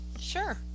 sure